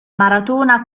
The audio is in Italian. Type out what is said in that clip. maratona